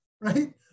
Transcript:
right